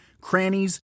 crannies